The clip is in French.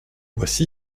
voici